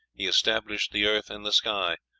he established the earth and the sky.